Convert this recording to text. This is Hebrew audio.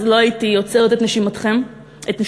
אז לא הייתי עוצרת את נשימתי וממתינה.